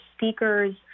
speakers